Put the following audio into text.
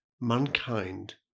Mankind